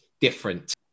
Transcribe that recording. different